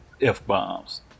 F-bombs